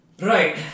Right